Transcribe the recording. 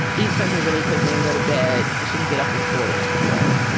eat something really quickly and go to bed so she can get up for school the next morning.